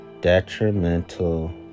detrimental